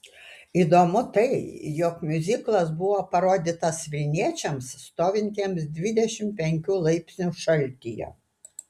įdomu tai jog miuziklas buvo parodytas vilniečiams stovintiems dvidešimt penkių laipsnių šaltyje